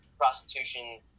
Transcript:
prostitution